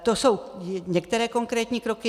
To jsou některé konkrétní kroky.